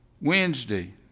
Wednesday